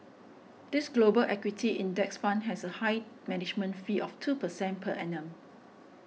this Global equity index fund has a high management fee of two percent per annum